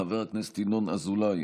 חברת הכנסת מרב מיכאלי,